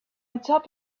atop